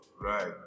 Right